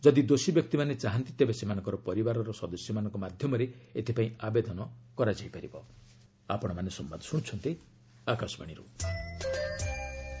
ଯଦି ଦୋଷୀ ବ୍ୟକ୍ତିମାନେ ଚାହାନ୍ତି ତେବେ ସେମାନେ ସେମାନଙ୍କର ପରିବାରର ସଦସ୍ୟମାନଙ୍କ ମାଧ୍ୟମରେ ଏଥିପାଇଁ ଆବେଦନ କରିପାରିବେ